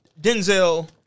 Denzel